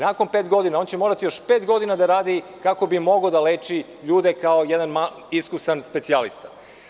Nakon pet godina, on će morati još pet godina da radi kako bi mogao da leči ljude kao jedan iskusan specijalista.